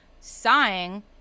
sighing